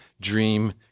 dream